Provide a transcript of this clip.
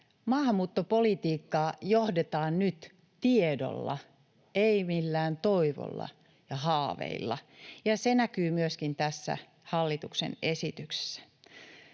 Maahanmuuttopolitiikkaa johdetaan nyt tiedolla — ei millään toivolla ja haaveilla — ja se näkyy myöskin tässä hallituksen esityksessä.